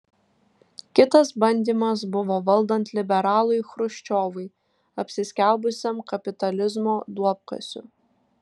kitas bandymas buvo valdant liberalui chruščiovui apsiskelbusiam kapitalizmo duobkasiu